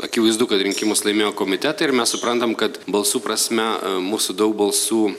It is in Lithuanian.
akivaizdu kad rinkimus laimėjo komitetai ir mes suprantam kad balsų prasme mūsų daug balsų